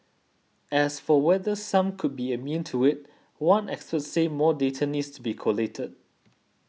as for whether some could be immune to it one expert said more data needs to be collated